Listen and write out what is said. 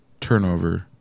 turnover